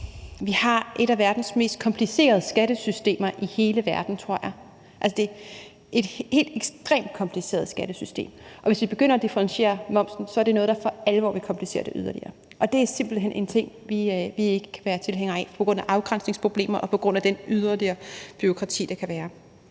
Vi har et af verdens mest komplicerede skattesystemer, tror jeg. Det er et helt ekstremt kompliceret skattesystem, og hvis vi begynder at differentiere momsen, er det noget, der for alvor vil komplicere det yderligere, og det er simpelt hen en ting, vi ikke kan være tilhænger af på grund af afgrænsningsproblemer og på grund af det yderligere bureaukrati, der kan være.